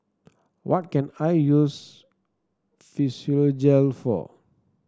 what can I use Physiogel for